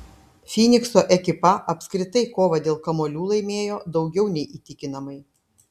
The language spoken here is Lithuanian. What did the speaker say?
fynikso ekipa apskritai kovą dėl kamuolių laimėjo daugiau nei įtikinamai